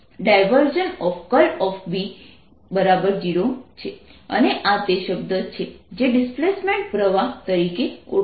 × B0 છે અને આ તે શબ્દ છે જે ડિસ્પ્લેસમેન્ટ પ્રવાહ તરીકે ઓળખાય છે